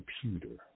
computer